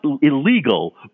illegal